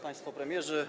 Państwo Premierzy!